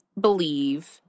believe